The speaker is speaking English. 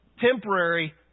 temporary